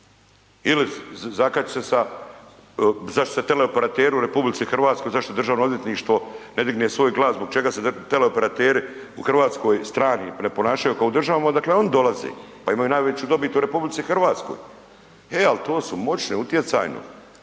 Ili zakačit se sa, zašto se teleoperateri u RH, zašto državno odvjetništvo ne digne svoj glas, zbog čega se teleoperateri u RH, strani, ne ponašaju kao u državama odakle oni dolaze, pa imaju najveću dobit u RH. E, al to su moćne, utjecajno.